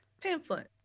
pamphlet